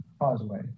causeway